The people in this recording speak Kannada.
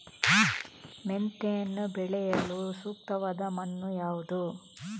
ಮೆಂತೆಯನ್ನು ಬೆಳೆಯಲು ಸೂಕ್ತವಾದ ಮಣ್ಣು ಯಾವುದು?